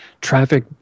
traffic